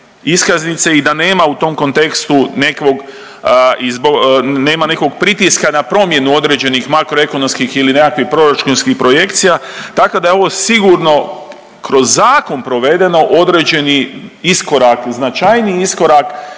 iskaznice i da nema u tom kontekstu nekog, i zbog, nema nekog pritiska na promjenu određenih makroekonomskih ili nekakvih proračunskih projekcija. Tako da je ovo sigurno kroz zakon provedeno određeni iskorak, značajniji iskorak.